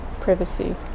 privacy